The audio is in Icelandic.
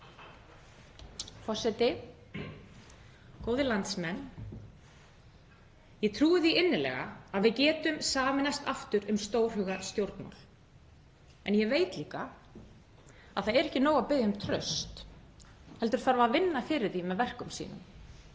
Forseti. Góðir landsmenn. Ég trúi því innilega að við getum sameinast aftur um stórhuga stjórnmál en ég veit líka að það er ekki nóg að biðja um traust heldur þarf að vinna fyrir því með verkum sínum.